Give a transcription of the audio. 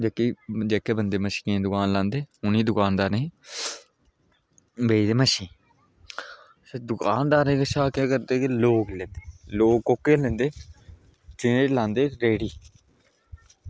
ते जेह्के बंदे मच्छियें दी दुकान लांदे उनें दुकानदारें गी बेचदे मच्छी दुकानदारें कशा केह् करदे कि लोक लैंदे लोग कोह्के लैंदे जेह्ड़े लांदे रेह्ड़ी